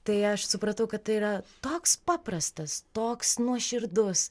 tai aš supratau kad tai yra toks paprastas toks nuoširdus